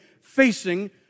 facing